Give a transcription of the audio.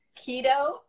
Keto